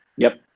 yep.